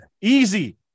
Easy